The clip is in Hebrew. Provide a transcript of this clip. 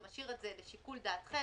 זה משאיר את זה לשיקול דעתכם,